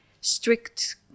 strict